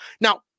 Now